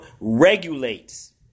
regulates